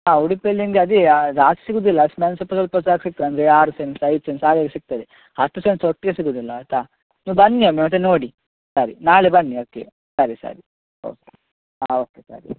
ಹಾಂ ಉಡುಪಿಯಲ್ಲಿ ನಿಮಗೆ ಅದೇಯ ಜಾಸ್ತಿ ಸಿಗುದಿಲ್ಲ ಅಷ್ಟು ನಾನು ಸ್ವಲ್ಪ ಸ್ವಲ್ಪ ಸಹ ಸಿಗ್ತದೆ ಅಂದರೆ ಆರು ಸೆಂಟ್ಸ್ ಐದು ಸೆಂಟ್ಸ್ ಹಾಗೆಲ್ಲ ಸಿಗ್ತದೆ ಹತ್ತು ಸೆಂಟ್ಸ್ ಒಟ್ಟಿಗೆ ಸಿಗುದಿಲ್ಲ ಆಯಿತಾ ನೀವು ಬನ್ನಿ ಒಮ್ಮೆ ಮತ್ತು ನೋಡಿ ಸರಿ ನಾಳೆ ಬನ್ನಿ ಓಕೆ ಸರಿ ಸರಿ ಓಕೆ ಹಾಂ ಓಕೆ ಸರಿ